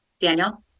Daniel